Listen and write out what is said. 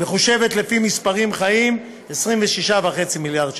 מחושבת לפי מספרים חיים, 26.5 מיליארד שקל.